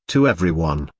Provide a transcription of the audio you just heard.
to everyone.